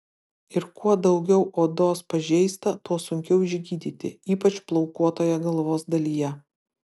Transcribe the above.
ir kuo daugiau odos pažeista tuo sunkiau išgydyti ypač plaukuotoje galvos dalyje